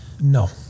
No